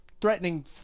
threatening